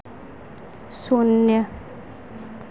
शून्य